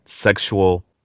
sexual